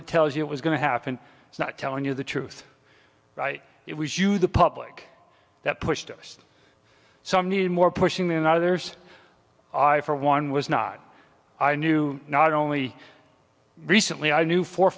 that tells you it was going to happen it's not telling you the truth it was you the public that pushed us some needed more pushing than others i for one was not i knew not only recently i knew four